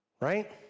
Right